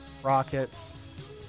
Rockets